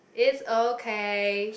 it's okay